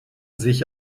sich